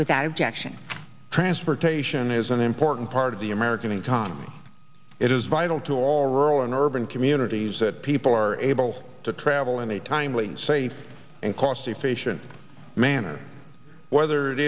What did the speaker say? without objection transportation is an important part of the american economy it is vital to all rural and urban communities that people are able to travel in a timely safe and cost efficient manner whether it